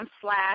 slash